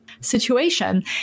situation